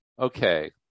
okay